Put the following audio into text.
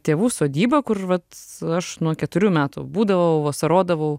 tėvų sodyba kur vat aš nuo keturių metų būdavau vasarodavau